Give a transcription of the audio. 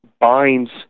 binds